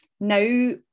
now